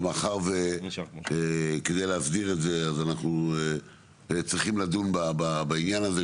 אבל מאחר וכדי להסדיר את זה אז אנחנו צריכים לדון בעניין הזה,